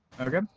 Okay